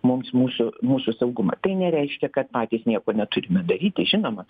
mums mūsų mūsų saugumą tai nereiškia kad patys nieko neturime daryti žinoma